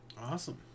Awesome